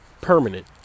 permanent